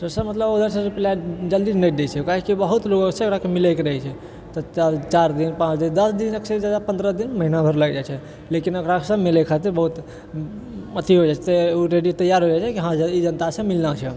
तऽ से मतलब उधर से रिप्लाइ जलदी नहि दै छै काहे कि बहुत लोग से ओकरा मिलैके रहै छै तऽ चारि दिन पाँच दिन दश दिन छै जे पन्द्रह दिन महीना भरि लागि जाइ छै लेकिन ओकरा से मिलै खातिर बहुत अथी होइ जाइ छै ओ रेडी हँ तैयार होइ जाइ छै जे हँ ई जनता से मिलना छै